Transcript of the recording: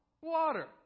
Water